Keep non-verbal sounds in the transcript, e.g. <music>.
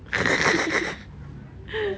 <laughs>